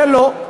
זה לא.